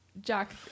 Jack